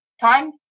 time